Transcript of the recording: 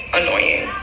annoying